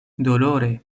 dolore